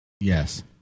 Yes